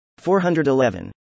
411